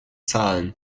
zahlen